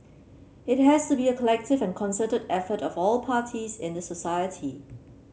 it has to be a collective and concerted effort of all parties in the society